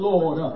Lord